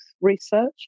research